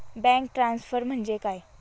Bank transfer म्हणजे काय?